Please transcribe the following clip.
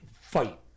fight